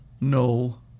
No